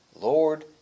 Lord